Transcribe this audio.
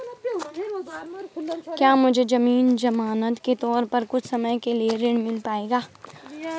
क्या मुझे ज़मीन ज़मानत के तौर पर कुछ समय के लिए ऋण मिल पाएगा?